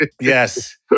Yes